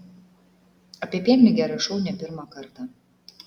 apie pienligę rašau ne pirmą kartą